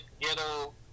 Ghetto